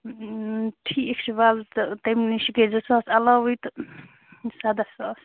ٹھیٖک چھُ وَلہٕ تہٕ تَمہِ نِش گٔے زٕ ساس عَلاوے تہٕ سَداہ ساس